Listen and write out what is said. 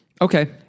Okay